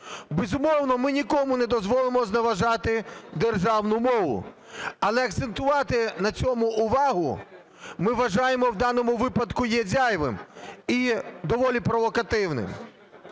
Безумовно, ми нікому не дозволимо зневажати державну мову. Але акцентувати на цьому увагу, ми вважаємо, в даному випадку є зайвим і доволі провокативним.